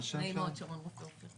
נעים מאוד, שרון רופא אופיר.